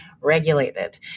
regulated